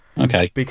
Okay